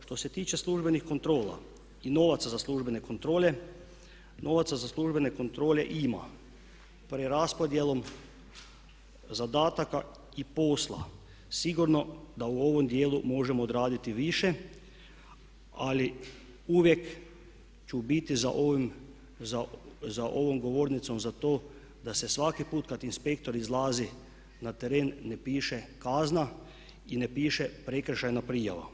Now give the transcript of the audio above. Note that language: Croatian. Što se tiče službenih kontrola i novaca za službene kontrole, novaca za službene kontrole ima preraspodjelom zadataka i posla sigurno da u ovom djelu možemo odraditi više ali uvijek ću biti za ovom govornicom za to da se svaki put kad inspektor izlazi na teren ne piše kazna i ne piše prekršajna prijava.